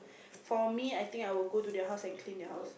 for me I think I would go to their house and clean their house